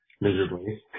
miserably